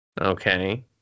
Okay